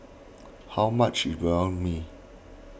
how much is Banh Mi